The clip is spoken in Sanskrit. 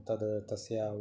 तद् तस्य